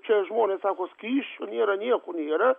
čia žmonės sako skysčio nėra nieko nėra